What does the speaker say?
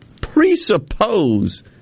presuppose